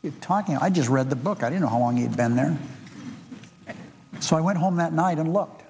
he's talking i just read the book i do know how long you've been there so i went home that night and looked